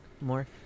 more